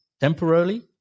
temporarily